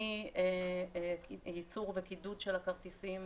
ייצור וקידוד של הכרטיסים,